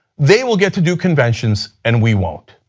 they will get to do conventions and we won't.